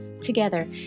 Together